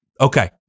Okay